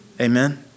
Amen